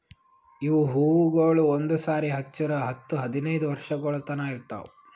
ಇವು ಹೂವುಗೊಳ್ ಒಂದು ಸಾರಿ ಹಚ್ಚುರ್ ಹತ್ತು ಹದಿನೈದು ವರ್ಷಗೊಳ್ ತನಾ ಇರ್ತಾವ್